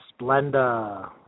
Splenda